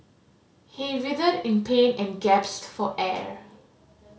he writhed in pain and gasped for air